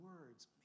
words